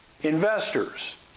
investors